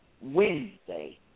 Wednesday